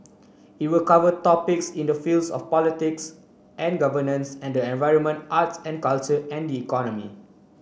it will cover topics in the fields of politics and governance and the environment arts and culture and the economy